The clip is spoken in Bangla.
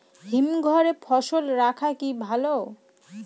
হিমঘরে ফসল রাখা কি ভালো?